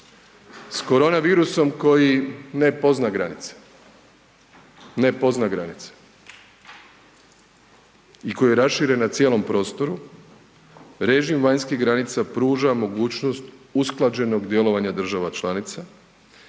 ne pozna granice, ne pozna granice i koji je raširen na cijelom prostoru, režim vanjskih granica pruža mogućnost usklađenog djelovanja država članica